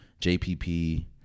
JPP